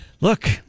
look